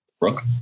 Brooke